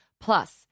Plus